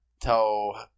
tell